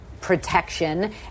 Protection